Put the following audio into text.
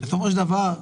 בסופו של דבר,